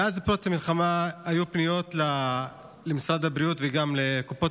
מאז פרוץ המלחמה היו פניות למשרד הבריאות וגם לקופות